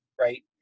right